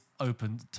open